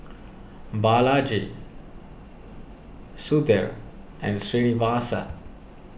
Balaji Sudhir and Srinivasa